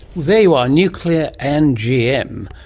there you are, nuclear and gm.